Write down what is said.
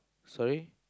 sorry